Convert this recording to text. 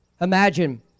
Imagine